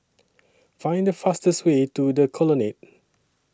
Find The fastest Way to The Colonnade